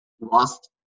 lost